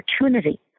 opportunity